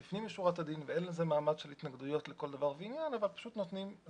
שאלת אותי קודם מה עמדתו של השלטון המקומי על